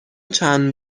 چند